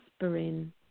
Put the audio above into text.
aspirin